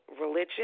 religion